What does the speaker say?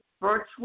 virtual